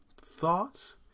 thoughts